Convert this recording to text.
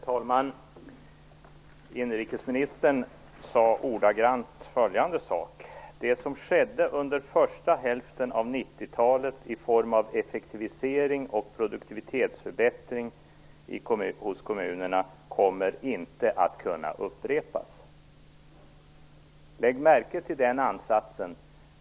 Herr talman! Inrikesministern sade ordagrant så här: Det som skedde under första hälften av 90-talet i form av effektivisering och produktivitetsförbättring hos kommunerna kommer inte att kunna upprepas. Lägg märke till den ansatsen!